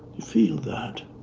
feel that.